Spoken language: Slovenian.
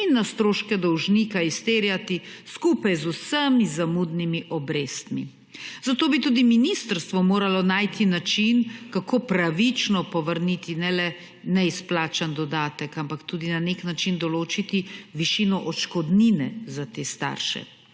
in na stroške dolžnika izterjati skupaj z vsemi zamudnimi obrestmi. Zato bi tudi ministrstvo moralo najti način, kako pravično ne le povrniti neizplačani dodatek, ampak tudi na nek način določiti višino odškodnine za te starše.